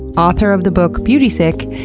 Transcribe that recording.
author of the book beauty sick,